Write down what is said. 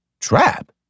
Trap